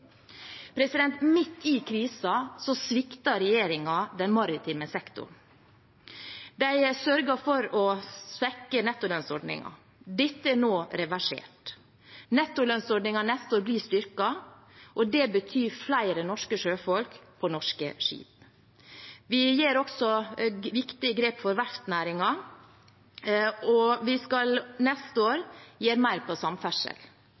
Midt i krisen sviktet regjeringen den maritime sektoren. De sørget for å svekke nettolønnsordningen. Dette er nå reversert. Nettolønnsordningen blir styrket neste år, og det betyr flere norske sjøfolk på norske skip. Vi tar også viktige grep for verftsnæringen. Vi skal neste år gjøre mer på samferdsel.